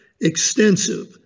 extensive